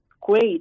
great